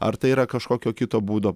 ar tai yra kažkokio kito būdo